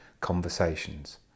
conversations